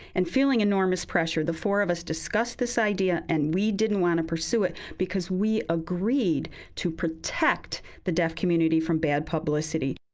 and feeling enormous pressure, the four of us discussed this idea and we didn't want to pursue it because we agreed to protect the deaf community from bad publicity.